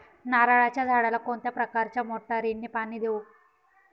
नारळाच्या झाडाला कोणत्या प्रकारच्या मोटारीने पाणी देऊ?